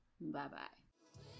Bye-bye